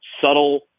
subtle